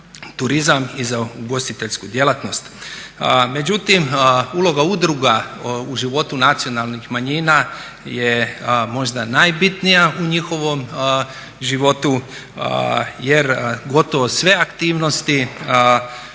i za ugostiteljsku djelatnost. Međutim, uloga udruga u životu nacionalnih manjina je možda najbitnija u njihovom životu, jer gotovo sve aktivnosti